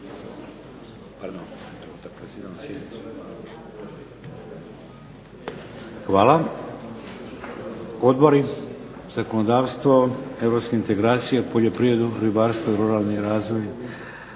Hvala. Odbori, zakonodavstvo, hrvatske integracije, poljoprivredu, ribarstvo i ruralni razvoj.